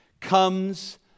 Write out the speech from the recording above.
comes